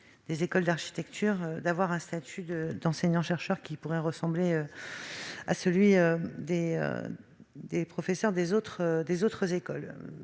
des écoles d'architecture d'avoir un statut d'enseignant-chercheur qui pourrait ressembler à celui des professeurs des autres écoles